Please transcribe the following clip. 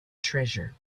treasure